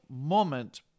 moment